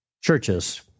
churches